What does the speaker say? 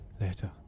later